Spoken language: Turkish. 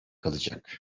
kalacak